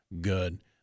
good